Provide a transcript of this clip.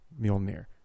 Mjolnir